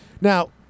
Now